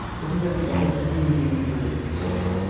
this is and a really, really brilliant resource.